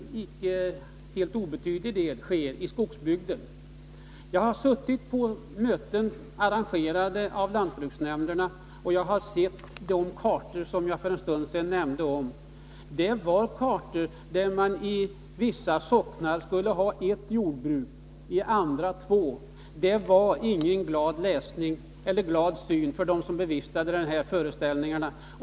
En icke obetydlig del av produktionen sker i skogsbygden. Jag har suttit på möten, arrangerade av lantbruksnämnderna, och jag har sett de kartor som jag för en stund sedan nämnde. Dessa kartor visade att man i vissa socknar skulle ha ett jordbruk, i andra två. Det var ingen glad syn för dem som bevistade dessa föreställningar.